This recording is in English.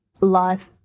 life